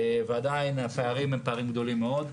ועדיין הפערים גדולים מאוד.